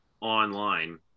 online